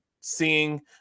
seeing